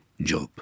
job